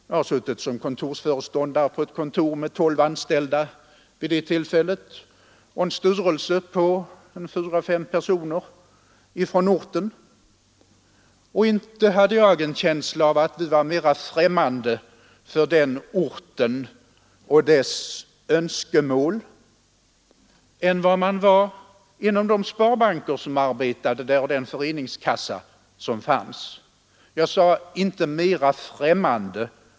Jag har suttit som kontorsföreståndare på ett kontor som vid det tillfället hade tolv anställda och en styrelse på fyra eller fem personer från orten. Inte hade jag en känsla av att vi var mera främmande för den orten och dess önskemål än vad man var inom de sparbanker och den föreningskassa som arbetade där. Jag sade ”inte mera främmande”.